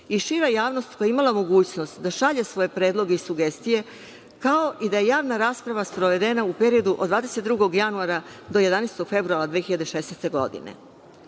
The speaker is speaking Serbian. i šira javnost, koja je imala mogućnost da šalje svoje predloge i sugestije, kao i da je javna rasprava sprovedena u periodu od 22. januara do 11. februara 2016. godine. Dakle,